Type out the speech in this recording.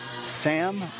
Sam